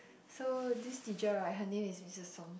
so this teacher right her name is is Missus Sng